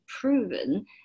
proven